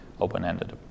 open-ended